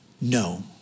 no